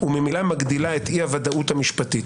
וממילא מגדילה את אי-הוודאות המשפטית.